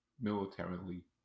militarily